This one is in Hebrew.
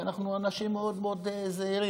כי אנחנו אנשים מאוד מאוד זהירים.